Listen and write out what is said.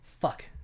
Fuck